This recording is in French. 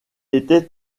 était